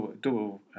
double